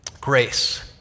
grace